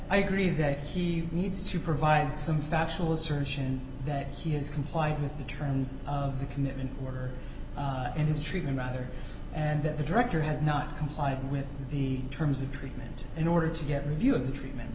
i agree that he needs to provide some factual assertions that he has complied with the terms of the commitment order and his treatment rather and that the director has not complied with the terms of treatment in order to get review of the treatment